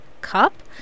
Cup